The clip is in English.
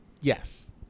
yes